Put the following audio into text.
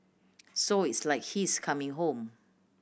so It's like he is coming home